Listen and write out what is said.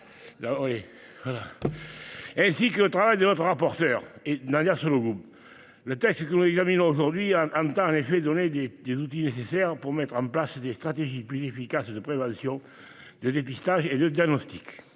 ainsi que le travail de notre rapporteure, Nadia Sollogoub. Le texte que nous examinons aujourd'hui entend en effet donner les outils nécessaires pour mettre en place des stratégies plus efficaces de prévention, de dépistage et de diagnostic.